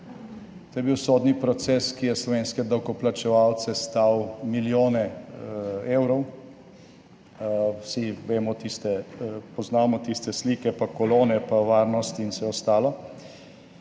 To je bil sodni proces, ki je slovenske davkoplačevalce stal milijone evrov, vsi poznamo tiste slike, kolone, varnost in vse ostalo,